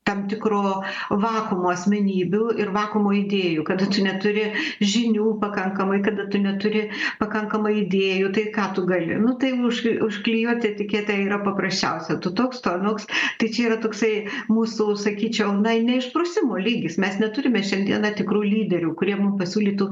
tam tikro vakuumo asmenybių ir vakuumo idėjų kada tu neturi žinių pakankamai kada tu neturi pakankamai idėjų tai ką tu gali nu tai už užklijuoti etiketę yra paprasčiausia tu toks tu anoks tai čia yra toksai mūsų sakyčiau neišprusimo lygis mes neturime šiandieną tikrų lyderių kurie mum pasiūlytų